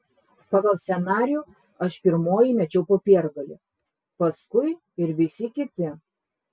pagal scenarijų aš pirmoji mečiau popiergalį paskui ir visi kiti